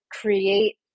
create